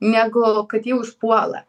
negu kad jį užpuola